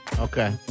Okay